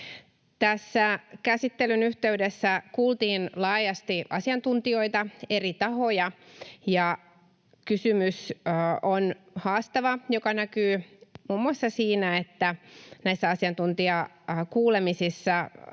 Käsittelyn yhteydessä kuultiin laajasti asiantuntijoita, eri tahoja. Kysymys on haastava, mikä näkyy muun muassa siinä, että näissä asiantuntijakuulemisissa